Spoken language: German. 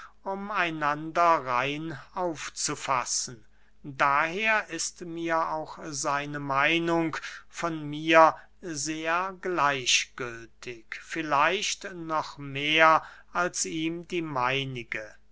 um einander rein aufzufassen daher ist mir auch seine meinung von mir sehr gleichgültig vielleicht noch mehr als ihm die meinige